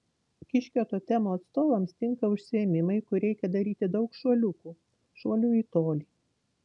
kiškio totemo atstovams tinka užsiėmimai kur reikia daryti daug šuoliukų šuolių į tolį